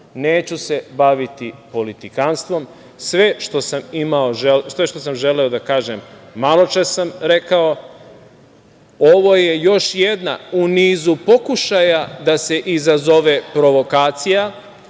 se baviti politikanstvom, sve što sam želeo da kažem maločas sam rekao, ovo je još jedna u nizu pokušaja da se izazove provokacija,